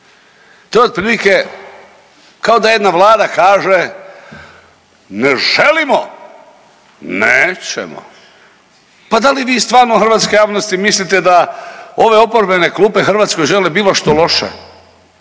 To je otprilike kao da jedna vlada kaže, ne želimo, nećemo. Pa da li vi stvarno hrvatska javnosti mislite da ove oporbe klupe Hrvatskoj žele bilo što loše?